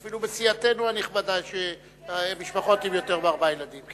אפילו בסיעתנו הנכבדה יש משפחות עם יותר מארבעה ילדים.